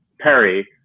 Perry